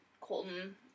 Colton